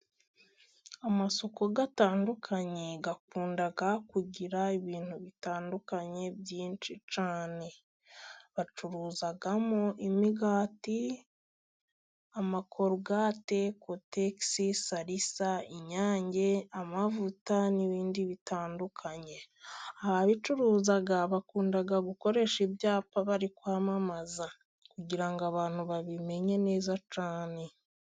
Amasoko atandukanye akunda kugira ibintu bitandukanye byinshi cyane. Bacuruzamo imigati, amakorogate, kotegisi, salisa, inyange, amavuta, n'ibindi bitandukanye. Ababicuruza bakunda gukoresha ibyapa bari kwamamaza. Kugira ngo abantu babimenye neza cyane.